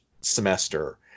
semester